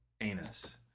anus